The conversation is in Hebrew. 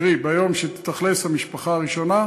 קרי, ביום שתתיישב המשפחה הראשונה,